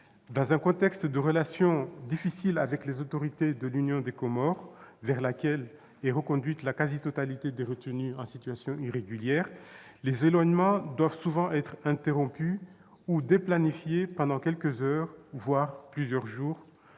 Dans un contexte de relations difficiles avec les autorités de l'Union des Comores, vers laquelle est reconduite la quasi-totalité des retenus en situation irrégulière, les éloignements doivent souvent être interrompus ou déplanifiés pendant quelques heures, voire plusieurs jours,